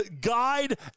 Guide